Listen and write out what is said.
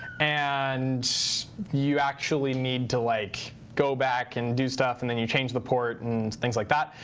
and you actually need to like go back and do stuff and then you change the port and things like that.